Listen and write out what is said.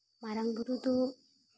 ᱢᱟᱨᱟᱝ ᱵᱩᱨᱩ ᱫᱚ